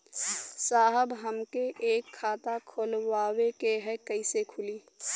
साहब हमके एक खाता खोलवावे के ह कईसे खुली?